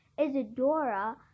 Isadora